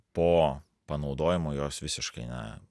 po panaudojimo jos visiškai ne